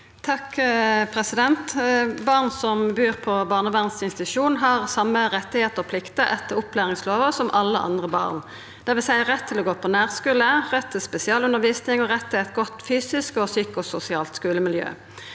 Toppe Barn som bur på barnevernsinstitusjon, har same rettar og pliktar etter opplæringslova som alle andre barn har, dvs. rett til å gå på nærskule, rett til spesialundervisning og rett til eit godt fysisk og psykososialt skulemiljø.